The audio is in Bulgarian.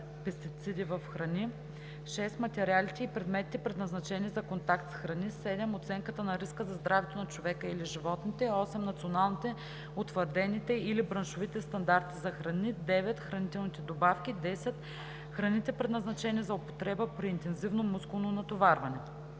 6. материалите и предметите, предназначени за контакт с храни; 7. оценката на риска за здравето на човека или животните; 8. националните, утвърдените или браншовите стандарти за храни; 9. хранителните добавки; 10. храните, предназначени за употреба при интензивно мускулно натоварване.“